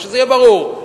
אבל שזה יהיה ברור: